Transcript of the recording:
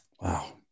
Wow